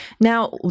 Now